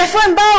מאיפה הם באו?